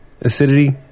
acidity